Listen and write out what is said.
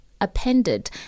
appended